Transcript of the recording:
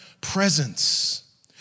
presence